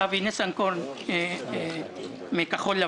אנחנו מעוניינים ביישובים הערביים בבנייה עם תכנון,